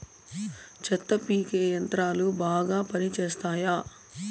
చెత్త పీకే యంత్రాలు బాగా పనిచేస్తాయా?